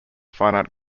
finite